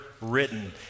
written